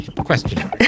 Question